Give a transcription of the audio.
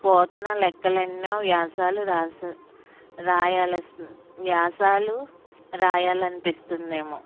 పోతన లెక్కలెన్నో వ్యాసాలు వ్రాసి వ్రాయాల్సిన వ్యాసాలు వ్రాయాలనిపిస్తుందేమో